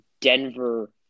Denver –